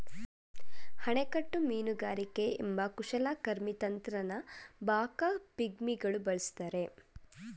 ಅಣೆಕಟ್ಟು ಮೀನುಗಾರಿಕೆ ಎಂಬ ಕುಶಲಕರ್ಮಿ ತಂತ್ರನ ಬಾಕಾ ಪಿಗ್ಮಿಗಳು ಬಳಸ್ತಾರೆ